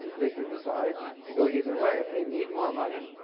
they can decide to go either way. if they need more money,